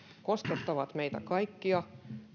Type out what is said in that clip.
koskettavat meitä kaikkia